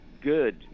good